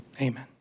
Amen